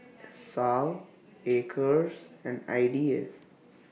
Sal Acres and Ida